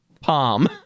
Palm